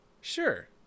Sure